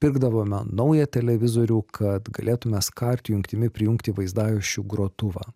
pirkdavome naują televizorių kad galėtume skart jungtimi prijungti vaizdajuosčių grotuvą